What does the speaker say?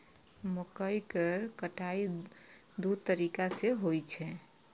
मकइ केर कटाइ दू तरीका सं होइ छै